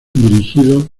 dirigidos